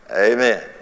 Amen